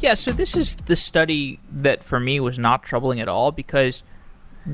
yeah so this is the study that for me was not troubling at all, because